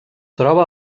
troba